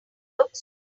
looks